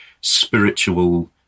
spiritual